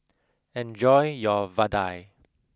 enjoy your vadai